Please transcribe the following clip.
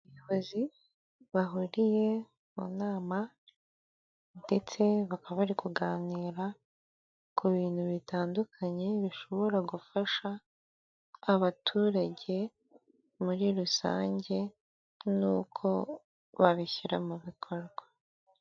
Abayobozi bahuriye mu nama ndetse bakaba bari kuganira ku bintu bitandukanye bishobora gufasha abaturage muri rusange nuko babishyira mu bikorwa.